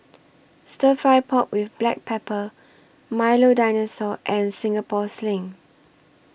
Stir Fry Pork with Black Pepper Milo Dinosaur and Singapore Sling